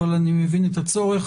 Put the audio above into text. אבל אני מבין את הצורך.